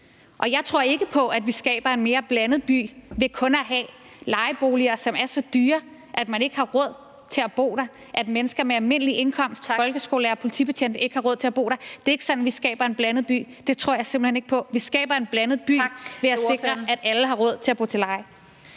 Og jeg tror ikke på, at vi skaber en mere blandet by ved kun at have lejeboliger, som er så dyre, at man ikke har råd til at bo der, og at mennesker med almindelige indkomster, folkeskolelærere og politibetjente, ikke har råd til at bo der (Den fungerende formand (Anette Lind): Tak!). Det er ikke sådan, vi skaber en blandet by. Det tror jeg simpelt hen ikke på. Vi skaber en blandet by ved at sikre, at alle har råd til bo til at leje.